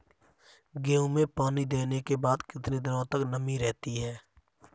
गेहूँ में पानी देने के बाद कितने दिनो तक नमी रहती है?